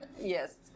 Yes